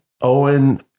Owen